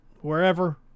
wherever